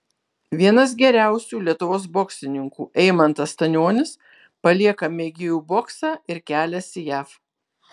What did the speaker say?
vienas geriausių lietuvos boksininkų eimantas stanionis palieką mėgėjų boksą ir keliasi jav